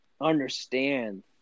understand